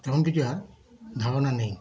তেমন কিছু আর ধারনা নেই